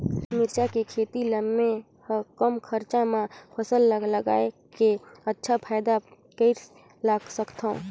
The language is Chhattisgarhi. मिरचा के खेती ला मै ह कम खरचा मा फसल ला लगई के अच्छा फायदा कइसे ला सकथव?